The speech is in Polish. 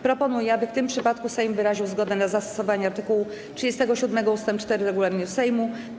Proponuję, aby w tym przypadku Sejm wyraził zgodę na zastosowanie art. 37 ust. 4 regulaminu Sejmu.